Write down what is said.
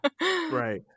Right